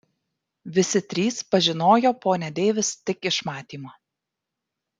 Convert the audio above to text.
visi trys pažinojo ponią deivis tik iš matymo